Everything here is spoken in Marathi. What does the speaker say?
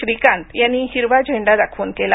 श्रीकांत यांनी हिरवी झेंडा दाखवून केला